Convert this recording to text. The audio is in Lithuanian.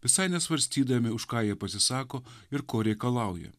visai nesvarstydami už ką jie pasisako ir ko reikalauja